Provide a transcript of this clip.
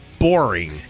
Boring